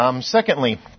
Secondly